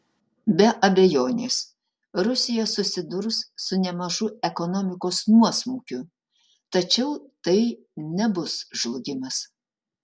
be abejonės rusija susidurs su nemažu ekonomikos nuosmukiu tačiau tai nebus žlugimas